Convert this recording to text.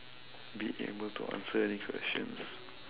be able to answer any questions